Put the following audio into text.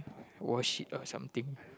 wash it or something